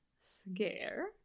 scare